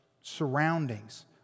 surroundings